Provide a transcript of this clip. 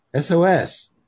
SOS